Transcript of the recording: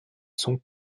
sont